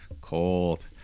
Cold